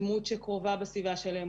דמות שקרובה בסביבה שלהם,